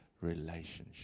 relationship